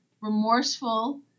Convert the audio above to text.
remorseful